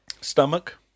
Stomach